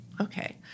Okay